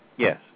Yes